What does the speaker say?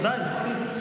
אז די, מספק.